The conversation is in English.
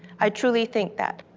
i truly think that.